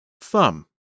Thumb